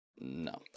No